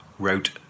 wrote